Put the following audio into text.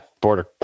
border